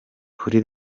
kuri